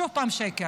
שוב פעם שקר.